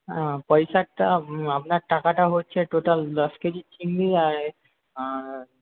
পয়েসাটা আপনার টাকাটা হচ্ছে টোটাল দশ কেজি চিংড়ি আর আর